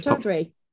three